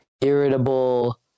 irritable